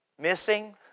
missing